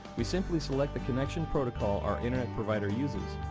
we simply select the connection protocol our internet provider uses.